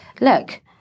look